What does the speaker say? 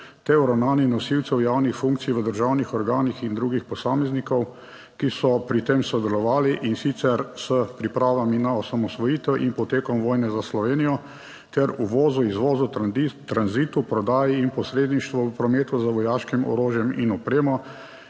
ter o ravnanjih nosilcev javnih funkcij v državnih organih in drugih posameznikov, ki so pri tem sodelovali. In sicer s pripravami na **18. TRAK: (VP) 10.25** (nadaljevanje) osamosvojitev in potekom vojne za Slovenijo ter uvozu, izvozu, tranzitu, prodaji in posredništvu v prometu z vojaškim orožjem in opremo,